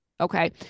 Okay